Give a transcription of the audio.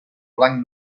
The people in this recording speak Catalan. blanc